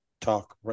talk